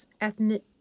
ethnic